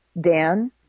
Dan